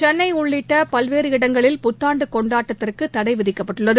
சென்னைஉள்ளிட்டபல்வேறு இடங்களில் புத்தாண்டுகொண்டாட்டத்திற்குதடைவிதிக்கப்பட்டுள்ளது